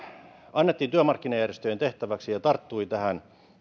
annettiin työmarkkinajärjestöjen tehtäväksi ja ne tarttuivat tähän